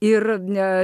ir ne